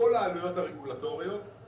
כל העלויות הרגולטוריות.